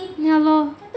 ya lor